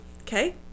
Okay